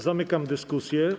Zamykam dyskusję.